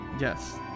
Yes